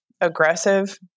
aggressive